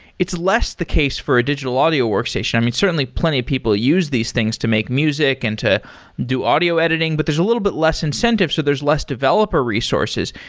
it's less the case for a digital audio work station. i mean, certainly, plenty of people use these things to make music and to do audio editing, but there's a little bit less incentive, so there's less developer resources.